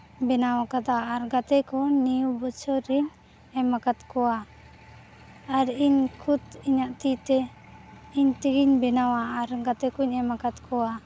ᱵᱮᱱᱟᱣ ᱠᱟᱫᱟ ᱟᱨ ᱜᱟᱛᱮ ᱠᱚ ᱱᱤᱭᱩ ᱵᱚᱪᱷᱚᱨᱤᱧ ᱮᱢ ᱟᱠᱟᱫ ᱠᱚᱣᱟ ᱟᱨ ᱤᱧ ᱠᱷᱩᱫ ᱤᱧᱟᱹᱜ ᱛᱤ ᱛᱮ ᱤᱧ ᱛᱮᱜᱤᱧ ᱵᱮᱱᱟᱣᱟ ᱟᱨ ᱜᱟᱛᱮ ᱠᱚᱧ ᱮᱢ ᱟᱠᱟᱫ ᱠᱚᱣᱟ